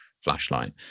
flashlight